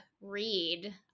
read